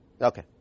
Okay